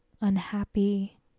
unhappy